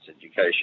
education